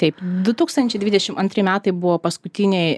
taip du tūkstančiai dvidešimt antri metai buvo paskutiniai